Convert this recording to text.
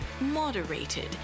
moderated